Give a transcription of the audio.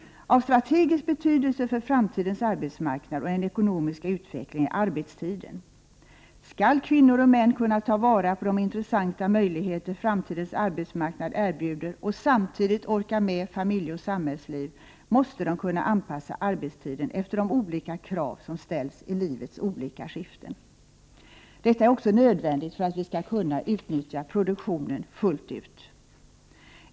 Av strategisk betydelse för framtidens arbetsmarknad och den ekonomis ka utvecklingen är arbetstiden. Skall kvinnor och män kunna ta vara på de intressanta möjligheter framtidens arbetsmarknad erbjuder och samtidigt orka med familjeoch samhällsliv, måste de kunna anpassa arbetstiden efter de olika krav som ställs i livets olika skiften. Detta är också nödvändigt för att vi skall kunna utnyttja produktionsresurserna fullt ut.